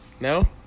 No